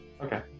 okay